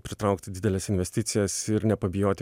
pritraukti dideles investicijas ir nepabijoti